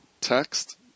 text